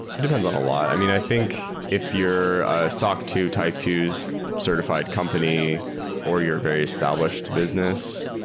it depends on a lot. i mean, i think if you're a soc two type two certified company or you're a very established business,